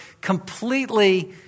completely